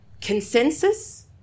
consensus